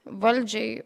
valdžią į